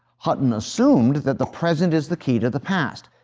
hutton assumed that the present is the key to the past,